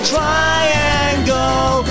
Triangle